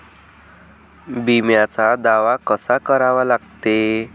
बिम्याचा दावा कसा करा लागते?